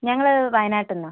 ഞങ്ങള് വയനാട്ടില്നിന്നാണ്